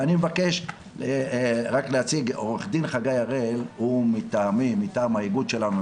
אני מבקש להציג את עו"ד חגי הראל שהוא מטעם האיגוד שלנו,